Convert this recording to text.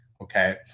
okay